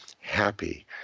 happy